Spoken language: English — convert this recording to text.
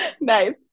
Nice